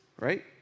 right